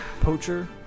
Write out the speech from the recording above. Poacher